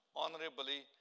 honorably